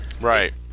right